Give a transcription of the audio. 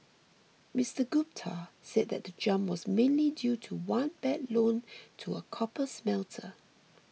Mister Gupta said that the jump was mainly due to one bad loan to a copper smelter